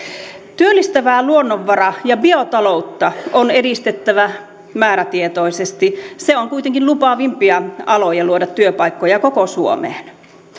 työllistävää luonnonvara ja biotaloutta on edistettävä määrätietoisesti se on kuitenkin lupaavimpia aloja luoda työpaikkoja koko suomeen